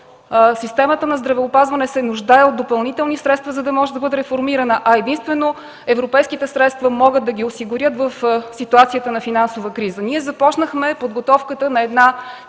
Системата на здравеопазване се нуждае от допълнителни средства, за да може да бъде реформирана. Единствено европейските средства могат да ги осигурят в ситуацията на финансова криза. Ние започнахме подготовката на една